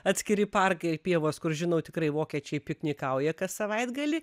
atskiri parkai ir pievos kur žinau tikrai vokiečiai piknikauja kas savaitgalį